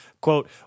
quote